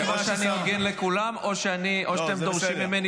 או שאני מפרגן לכולם או שאתם דורשים ממני